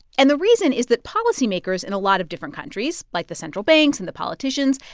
and the reason is that policymakers in a lot of different countries, like the central banks and the politicians,